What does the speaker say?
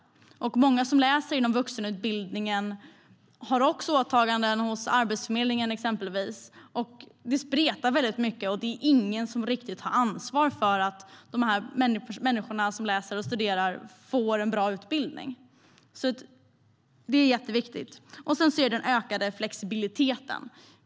Många som läser inom vuxenutbildningen har också åtaganden hos exempelvis Arbetsförmedlingen. Det spretar väldigt mycket. Det är ingen som riktigt har ansvar för att de människor som läser och studerar får en bra utbildning. Det är jätteviktigt. Sedan gäller det den ökade flexibiliteten.